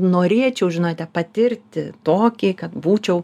norėčiau žinote patirti tokį kad būčiau